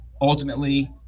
ultimately